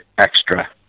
extra